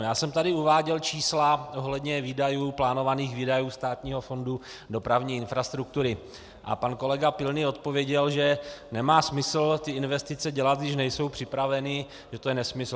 Já jsem tady uváděl čísla ohledně plánovaných výdajů Státního fondu dopravní infrastruktury a pan kolega Pilný odpověděl, že nemá smysl investice dělat, když nejsou připraveny, že je to nesmysl.